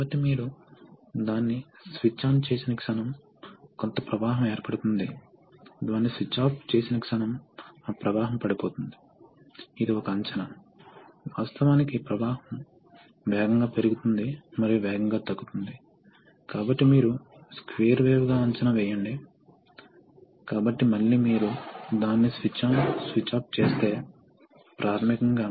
కాబట్టి మీకు రిజర్వాయర్ ఉంది మీకు filter motor hydraulic motor electric motor మాదిరిగానే ఉంటుంది లేదా ఇది న్యూమాటిక్ మోటర్ అప్పుడు direction control valve pressure switch మరియు ప్రెజర్ గేజ్ న్యూమాటిక్స్ లోని వివిధ పాయింట్లలో ఉపయోగిస్తారు ఫీడ్బ్యాక్ ప్రెషర్ కి ప్రెషర్ విలువలు వాటిని చదవడం సిలిండర్లు కాబట్టి ఈ చిహ్నాలు చాలా సాధారణం